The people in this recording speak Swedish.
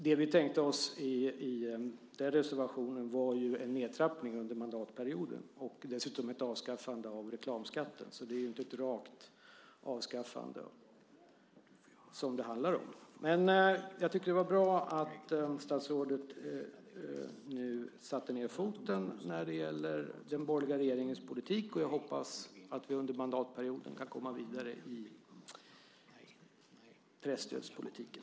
Det vi tänkte oss i den reservationen var en nedtrappning under mandatperioden och dessutom ett avskaffande av reklamskatten. Det handlar inte om ett rakt avskaffande. Det var bra att statsrådet nu satte ned foten när det gäller den borgerliga regeringens politik. Jag hoppas att vi under mandatperioden kan komma vidare i presstödspolitiken.